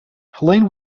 helene